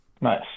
nice